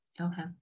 Okay